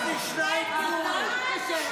יש לי שניים קבורים.